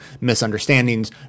misunderstandings